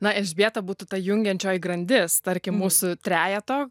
na elžbieta būtų ta jungiančioji grandis tarkim mūsų trejeto